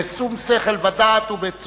בשום שכל ודעת, תרשה לי לענות לך בעשר שניות.